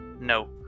no